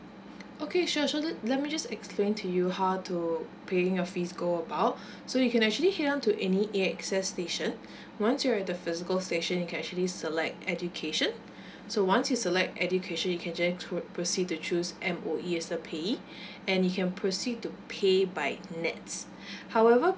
okay sure sure let let me just explain to you how to paying your fees go about so you can actually to any A_X_S station once your at the physical station you can actually select education so once you select education you can jo~ to proceed to choose M_O_E as the pay and you can proceed to pay by nets however